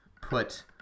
put